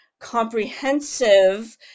Comprehensive